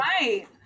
Right